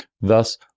Thus